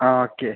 ആ ഓക്കെ